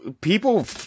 People